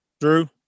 Drew